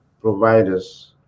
providers